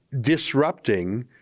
disrupting